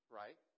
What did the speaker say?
right